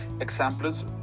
Examples